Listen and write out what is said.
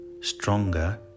stronger